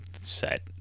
set